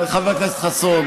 חבר הכנסת חסון.